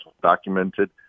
documented